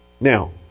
Now